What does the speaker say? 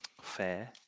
Fair